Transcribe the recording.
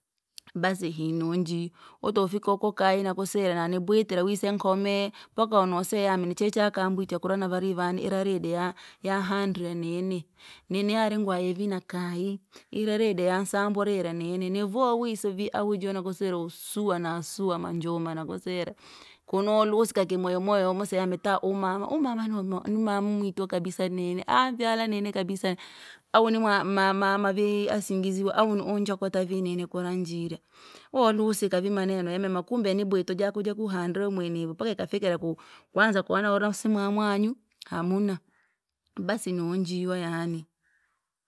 Basi hii nonji, wotofika oka kayi nakusiya nibwitira wise nkome, mpaka wonoseya yami nichai chakambwite kura navale ivani ilaridi ya- yahandire nini, nini yari ngwliye vii nakayi, ila yasambarire nini, nivowa wise viahujile nakusire nisuwa na suwa manjuma nakusire, kunuwalusika kimoyo moyo womuse mitaa uma. Umama nunu numama umwito kabisa nini, avyala nini kabisa au nimwa mama mavii asingiziwa au nianjokota vinini kulanjire, waluhusika vi maneno yamema kumbe nibwito jaku jakuhandre mwenevya mpaka yakafikire ku- kwanza kuona msimu wa mwanyu, hamuna. Basi nonjiyo yaani.